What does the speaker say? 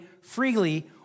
freely